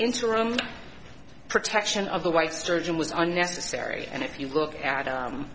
interim protection of the white sturgeon was unnecessary and if you look at